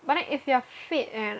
but then if you are fit and